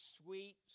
sweet